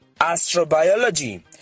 astrobiology